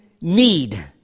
need